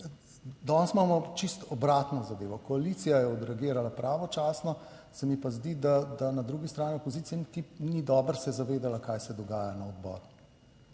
danes imamo čisto obratno zadevo, koalicija je odreagirala pravočasno. Se mi pa zdi, da na drugi strani opozicije niti ni dobro se zavedala kaj se dogaja na odboru.